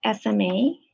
SMA